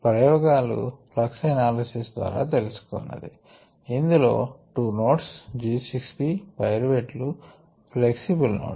ప్రయోగాలు flux analysis ద్వారా తెలిసికొన్నది ఇందులో 2 నోడ్స్ G 6 P పైరువేట్ లు ఫ్లెక్సిబుల్ నోడ్స్